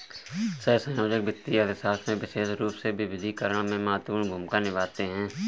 सहसंयोजक वित्तीय अर्थशास्त्र में विशेष रूप से विविधीकरण में महत्वपूर्ण भूमिका निभाते हैं